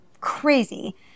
crazy